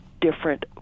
different